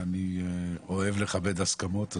ואני אוהב לכבד להסכמות,